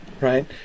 right